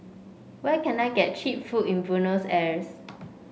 where can I get cheap food in Buenos Aires